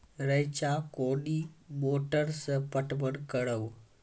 रेचा कोनी मोटर सऽ पटवन करव?